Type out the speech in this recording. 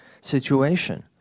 situation